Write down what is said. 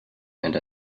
and